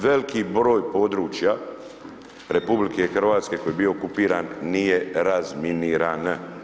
Veliki broj područja RH koji je bio okupiran nije razminiran.